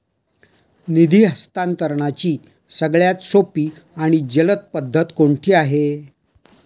निधी हस्तांतरणाची सगळ्यात सोपी आणि जलद पद्धत कोणती आहे?